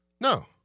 No